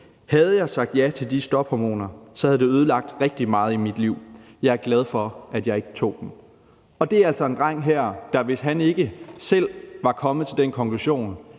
Havde jeg sagt ja til de stophormoner, havde det ødelagt rigtig meget i mit liv. Jeg er glad for, at jeg ikke tog dem. Det er altså en dreng, der, hvis han ikke selv var kommet til den konklusion,